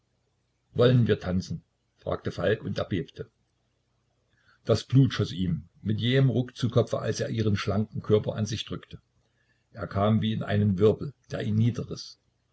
wollen wir tanzen fragte falk und erbebte das blut schoß ihm mit jähem ruck zum kopfe als er ihren schlanken körper an sich drückte er kam wie in einen wirbel der ihn